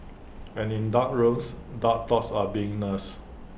and in dark rooms dark thoughts are being nursed